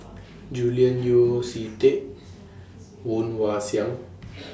Julian Yeo See Teck Woon Wah Siang